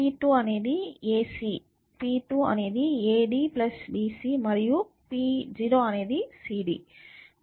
P2 అనేది a × c p2 అనేది a × d b × c మరియు p0 అనేది c×d